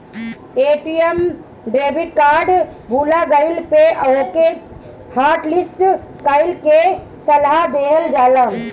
ATM debit card भूला गईला पे ओके हॉटलिस्ट कईला के सलाह देहल जाला